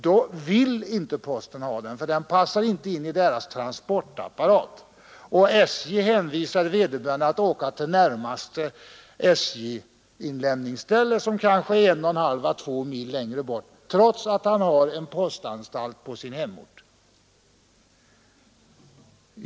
Sådant gods vill posten inte ha, för det passar inte in i dess transportapparat, och SJ hänvisar vederbörande att åka till närmaste SJ-inlämningsställe som kanske ligger på ett avstånd av 1,5 å 2 mil.